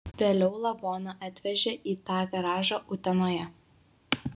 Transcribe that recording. vėliau lavoną atvežė į tą garažą utenoje